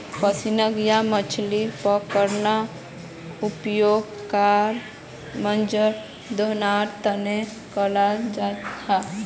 fishing या मछली पकड़ना वयापार आर मनोरंजन दनोहरार तने कराल जाहा